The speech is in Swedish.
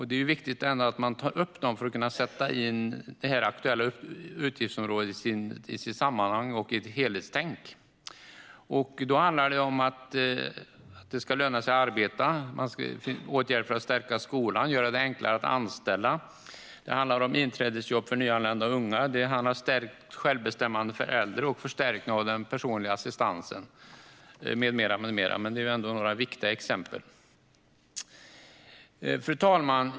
Det är viktigt att ta upp dem för att kunna sätta in det aktuella utgiftsområdet i sitt sammanhang och i ett helhetstänk. Det handlar om att det ska löna sig att arbeta och om åtgärder för att stärka skolan. Det handlar om att göra det enklare att anställa och om inträdesjobb för nyanlända och unga. Det handlar om stärkt självbestämmande för äldre och om förstärkning av den personliga assistansen, med mera. Detta är några viktiga exempel. Fru talman!